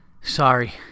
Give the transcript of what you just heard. Sorry